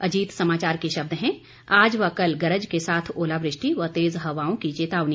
अजीत समाचार के शब्द हैं आज व कल गरज के साथ ओलावृष्टि व तेज़ हवाओं की चेतावनी